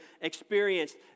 experienced